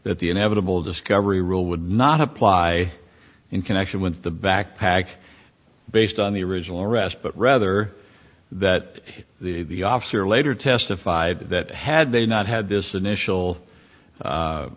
that the inevitable discovery rule would not apply in connection with the backpack based on the original arrest but rather that the officer later testified that had they not had this initial